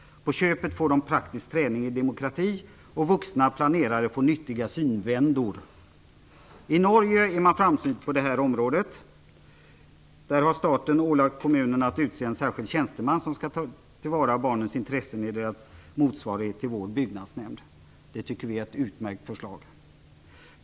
På köpet får de praktisk träning i demokrati, och vuxna planerare får nyttiga I Norge är man framsynt på det här området. Där har staten ålagt kommunerna att utse en särskild tjänsteman som skall ta till vara barnens intressen i den norska motsvarigheten till Byggnadsnämnden i Sverige. Det tycker vi är ett utmärkt förslag.